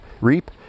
reap